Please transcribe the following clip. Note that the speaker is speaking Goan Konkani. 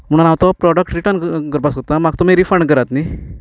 म्हणून हांव तो प्रॉडक्ट रिटन ग् करपाक सोदतां म्हाका तुमी रिफंड करात न्हय